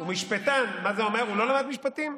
לא ממש קשורה למציאות.